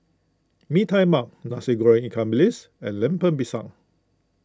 Mee Tai Mak Nasi Goreng Ikan Bilis and Lemper Pisang